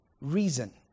reason